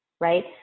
right